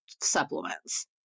supplements